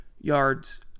yards